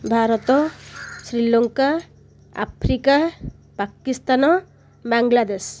Bharat Sri Lanka Africa Pakistan Bangladesh